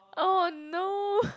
oh no